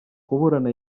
kuburana